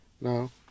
No